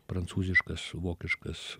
prancūziškas vokiškas